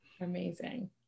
Amazing